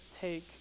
take